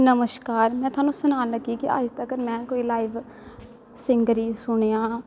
नमश्कार में थोआनू सनान लगी कि अज तक्कर में कोई लाईव सिंगर गी सुनेआ